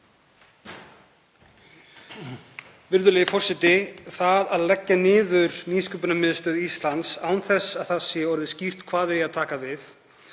Virðulegi forseti. Það að leggja niður Nýsköpunarmiðstöð Íslands án þess að orðið sé skýrt hvað eigi að taka við